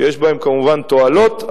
שיש בהם כמובן תועלת,